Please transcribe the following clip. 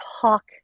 talk